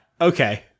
Okay